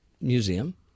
Museum